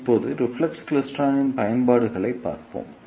இப்போது ரிஃப்ளெக்ஸ் கிளைஸ்ட்ரானின் பயன்பாடுகளைப் பார்ப்போம்